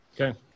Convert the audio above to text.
okay